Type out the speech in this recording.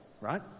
right